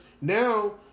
now